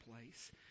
place